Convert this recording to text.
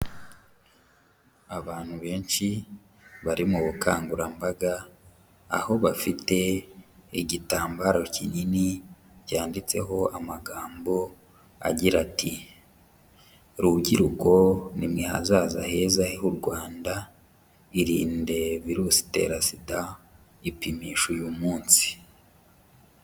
Abantu benshi bari mu bukangurambaga, aho bafite igitambaro kinini cyanditseho amagambo agira ati: ''Rubyiruko ni mwe hazaza heza h'u Rwanda, irinde virusi itera sida, ipimishe uyu munsi.''